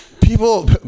people